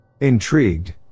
Intrigued